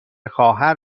خواهر